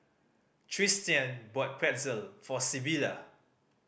Tristian bought Pretzel for Sybilla